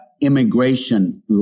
immigration